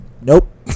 Nope